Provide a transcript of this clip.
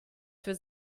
für